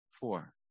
four